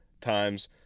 times